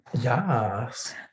Yes